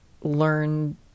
learn